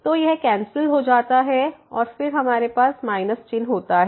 तो यह कैंसिल हो जाता है और फिर हमारे पास माइनस चिह्न होता है